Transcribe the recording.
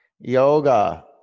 Yoga